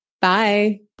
Bye